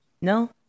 no